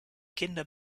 kinder